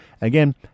Again